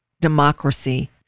Democracy